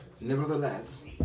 nevertheless